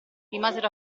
rimasero